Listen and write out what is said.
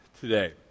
today